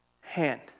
hand